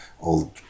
old